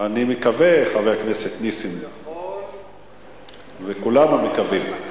אני מקווה, חבר הכנסת נסים, וכולנו מקווים.